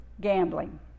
gambling